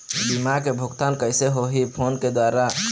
बीमा के भुगतान कइसे होही फ़ोन के द्वारा?